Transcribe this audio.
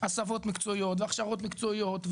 הסבות מקצועיות והכשרות מקצועיות.